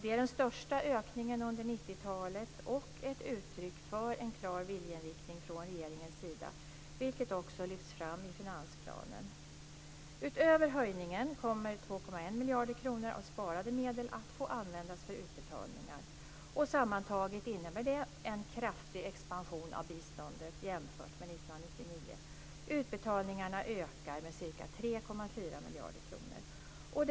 Det är den största ökningen under 90-talet och ett uttryck för en klar viljeinriktning från regeringens sida, vilket också lyfts fram i finansplanen. Utöver höjningen kommer 2,1 miljarder kronor av sparade medel att få användas för utbetalningar. Sammantaget innebär detta en kraftig expansion av biståndet jämfört med 1999. Utbetalningarna ökar med ca 3,4 miljarder kronor.